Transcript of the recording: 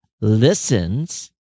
listens